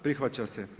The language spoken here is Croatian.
Prihvaća se.